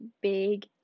big